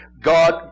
God